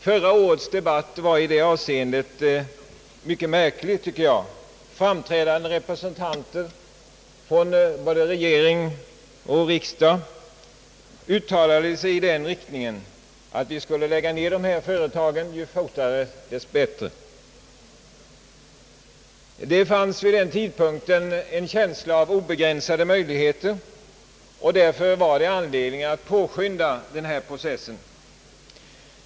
Förra årets debatt var i det avseendet mycket märklig, tycker jag. Framträdande medlemmar av både regering och riksdag uttalade sig i den riktningen, att vi borde lägga ner låglöneföretagen, ju förr dess bättre. Vid den tidpunkten fanns en känsla av obegränsade möjligheter. Man tyckte att det var anledning att påskynda denna process.